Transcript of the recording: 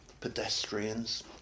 pedestrians